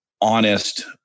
honest